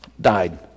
died